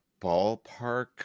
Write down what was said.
ballpark